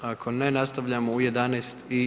Ako ne nastavljamo u 11 i